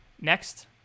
Next